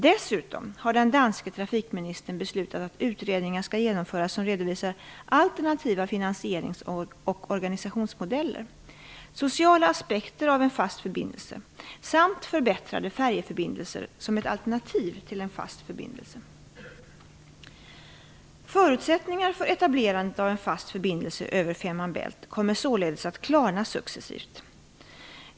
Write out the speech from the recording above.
Dessutom har den danske trafikministern beslutat att utredningar skall genomföras som redovisar alternativa finansierings och organisationsmodeller, sociala aspekter av en fast förbindelse samt förbättrade färjeförbindelser som ett alternativ till en fast förbindelse. Förutsättningarna för etablerandet av en fast förbindelse över Fehmarn Bält kommer således att klarna successivt.